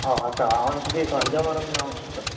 हय आसा हांव तुगे एक अर्द्या वरान मेळोंक शकता तुका